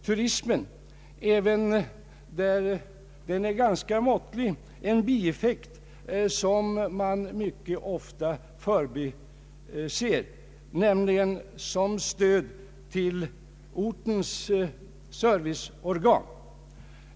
Turismen har, även på orter där den är ganska ringa, emellertid också en bieffekt som mycket ofta förbises, nämligen som stöd till ortens serviceorgan.